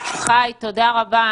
חי, תודה רבה.